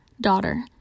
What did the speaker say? Daughter